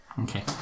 okay